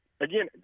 again